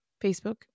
Facebook